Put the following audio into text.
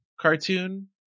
cartoon